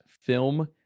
film